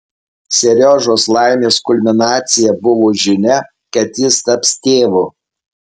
seriožos laimės kulminacija buvo žinia kad jis taps tėvu